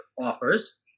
offers